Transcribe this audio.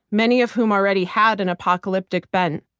many of whom already had an apocalyptic bent,